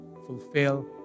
fulfill